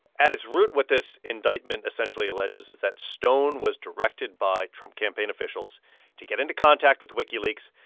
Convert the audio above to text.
at its root, what this indictment essentially alleges is that stone was directed by trump campaign officials to get into contact with wikileaks,